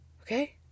okay